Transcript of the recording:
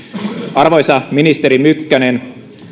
arvoisa ministeri mykkänen